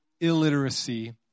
illiteracy